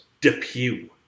Depew